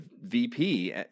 VP